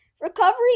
recovery